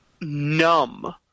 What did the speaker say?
numb